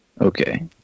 Okay